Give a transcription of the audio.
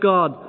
God